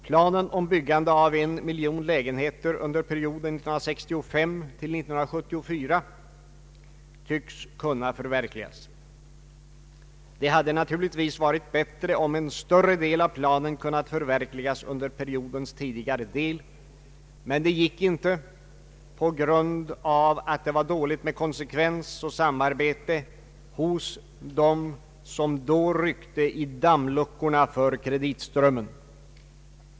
Planen om byggande av en miljon lägenheter under perioden 1965—1974 tycks kunna förverkligas. Det hade naturligtvis varit bättre om en större del av planen kunnat förverkligas under periodens tidigare del, men det gick inte på grund av att det var dåligt ställt i fråga om konsekvens och samarbete hos dem som då ryckte i dammluckorna för kreditströmmen.